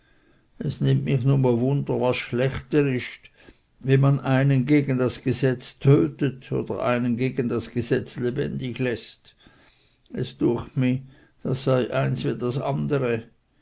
es nimmt mih nume wunder was schlechter ist wenn man einen gegen das gesetz tötet oder einen gegen das gesetz lebendig läßt es düecht mih das sei eins wie das andere